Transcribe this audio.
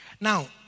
Now